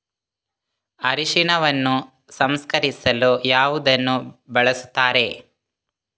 ಅರಿಶಿನವನ್ನು ಸಂಸ್ಕರಿಸಲು ಯಾವುದನ್ನು ಬಳಸುತ್ತಾರೆ?